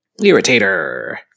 Irritator